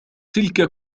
تلك